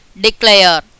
declare